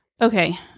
Okay